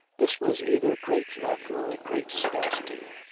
this was either great luck or great sagacity.